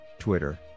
Twitter